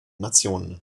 nationen